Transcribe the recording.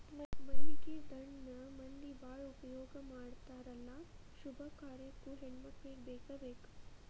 ಮಲ್ಲಿಗೆ ದಂಡೆನ ಮಂದಿ ಬಾಳ ಉಪಯೋಗ ಮಾಡತಾರ ಎಲ್ಲಾ ಶುಭ ಕಾರ್ಯಕ್ಕು ಹೆಣ್ಮಕ್ಕಳಿಗೆ ಬೇಕಬೇಕ